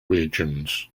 regions